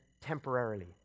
temporarily